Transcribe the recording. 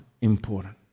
important